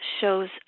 shows